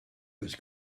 was